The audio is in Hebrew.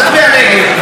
תצביע נגד.